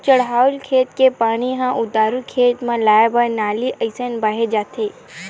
चड़हउ खेत के पानी ह उतारू के खेत म लाए बर नाली असन बनाए जाथे